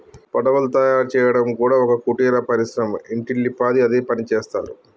పడవలు తయారు చేయడం కూడా ఒక కుటీర పరిశ్రమ ఇంటిల్లి పాది అదే పనిచేస్తరు